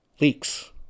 Leaks